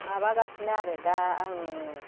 माबागासिनो आरो दा आङो